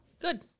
good